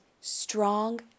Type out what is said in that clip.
strong